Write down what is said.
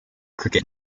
cricket